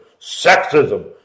sexism